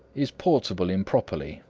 is portable improperty,